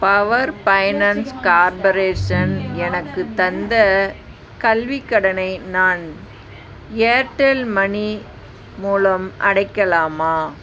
power finance corporation எனக்குத் தந்த கல்விக் கடனை நான் ஏர்டெல் மனி மூலம் அடைக்கலாமா